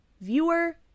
viewer